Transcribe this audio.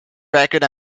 record